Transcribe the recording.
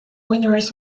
winners